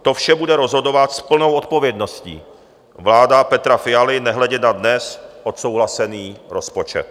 To vše bude rozhodovat s plnou odpovědností vláda Petra Fialy nehledě na dnes odsouhlasený rozpočet.